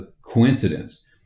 coincidence